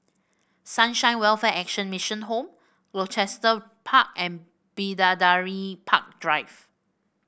Sunshine Welfare Action Mission Home Gloucester Park and Bidadari Park Drive